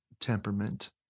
temperament